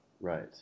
Right